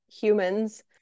humans